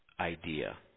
idea